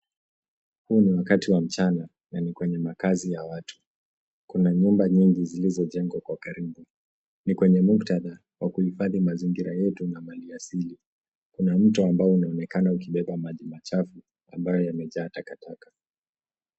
Huu ni wakati wa mchana na ni kwenye makazi ya watu. Kuna nyumba nyingi zilizojengwa kwa karibu, ni kwenye muktadha wa kuhifadhi mazingira yetu na mali asili. Kuna mto ambao unaonekana ukibeba maji machafu ambayo yamejaa takataka.